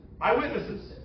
Eyewitnesses